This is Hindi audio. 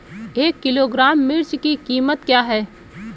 एक किलोग्राम मिर्च की कीमत क्या है?